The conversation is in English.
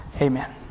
amen